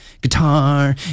guitar